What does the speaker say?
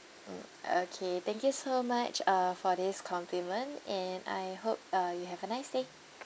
mm okay thank you so much uh for this compliment and I hope uh you have a nice day